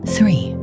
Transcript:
Three